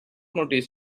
notice